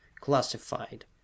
classified